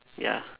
ya